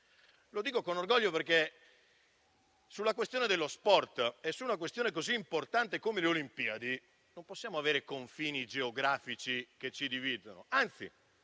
Lo dico con orgoglio, perché sullo sport e su una questione così importante come le Olimpiadi non possiamo avere confini geografici che ci dividono; anzi,